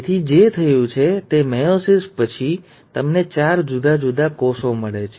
તેથી જે થયું છે તે મેયોસિસ બે પછી તમને ચાર જુદા જુદા કોષો મળે છે